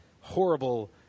horrible